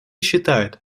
считает